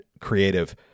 creative